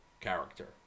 character